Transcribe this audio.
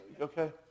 okay